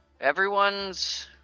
Everyone's